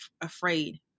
afraid